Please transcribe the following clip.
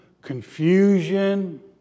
confusion